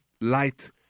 light